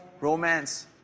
romance